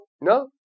No